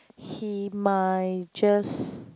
he might just